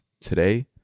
today